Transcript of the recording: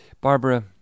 Barbara